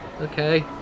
Okay